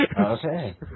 Okay